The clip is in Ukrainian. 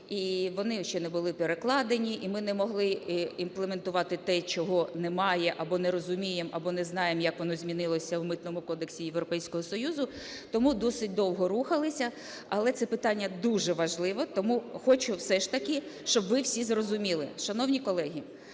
Вони ще не були перекладені, і ми не могли імплементувати те, чого немає або не розуміємо, або не знаємо як воно змінилося в Митному кодексі Європейського Союзу, тому досить довго рухалися, але це питання дуже важливе, тому хочу, все ж таки, щоб ви всі зрозуміли. Шановні колеги,